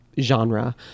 genre